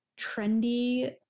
trendy